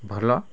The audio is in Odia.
ଭଲ